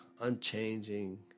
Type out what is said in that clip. unchanging